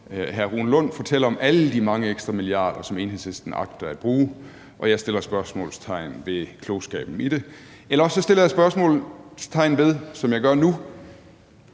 Hr. Rune Lund fortæller om alle de mange ekstra milliarder, som Enhedslisten agter at bruge, og jeg sætter spørgsmålstegn ved klogskaben i det. Eller også sætter jeg spørgsmålstegn ved, som jeg gør nu,